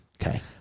Okay